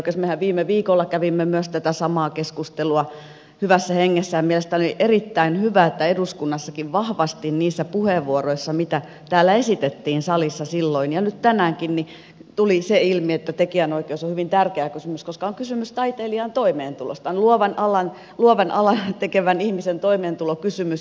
mehän viime viikolla kävimme myös tätä samaa keskustelua hyvässä hengessä ja mielestäni on erittäin hyvä että eduskunnassakin vahvasti niissä puheenvuoroissa mitä esitettiin täällä salissa silloin ja nyt tänäänkin tuli se ilmi että tekijänoikeus on hyvin tärkeä kysymys koska on kysymys taiteilijan toimeentulosta se on luovan alan ihmisen toimeentulokysymys